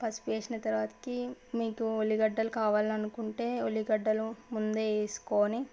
పసుపు వేసిన తరువాతకి మీకు ఉల్లిగడ్డలు కావాలని అనుకుంటే ఉల్లిగడ్డలు ముందే వేసుకొని